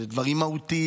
אלה דברים מהותיים,